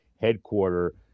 headquarter